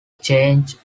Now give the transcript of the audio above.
change